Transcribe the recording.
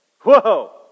Whoa